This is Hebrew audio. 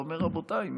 שאומר: רבותיי,